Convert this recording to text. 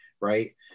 right